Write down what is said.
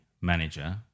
manager